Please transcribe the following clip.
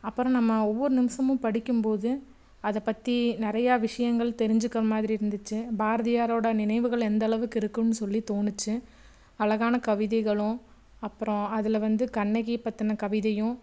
அப்புறம் நம்ம ஒவ்வொரு நிமிஷமும் படிக்கும்போது அதைப் பற்றி நிறையா விஷயங்கள் தெரிஞ்சிக்கிற மாதிரி இருந்துச்சு பாரதியாரோடய நினைவுகள் எந்த அளவுக்கு இருக்கும்னு சொல்லி தோணுச்சு அழகான கவிதைகளும் அப்புறம் அதில் வந்து கண்ணகியை பற்றின கவிதையும்